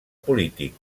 polític